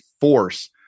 force